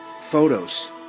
photos